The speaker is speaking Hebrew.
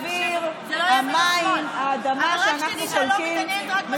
האוויר, המים, האדמה שאנחנו חולקים.